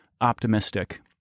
optimistic